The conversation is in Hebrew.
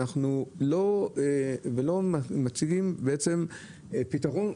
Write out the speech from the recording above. ולא מציגים פתרון,